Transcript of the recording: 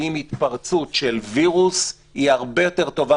עם התפרצות של וירוס היא הרבה יותר טובה